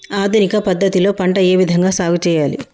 ఆధునిక పద్ధతి లో పంట ఏ విధంగా సాగు చేయాలి?